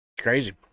Crazy